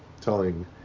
telling